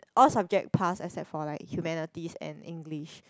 all subject pass except for like humanities and English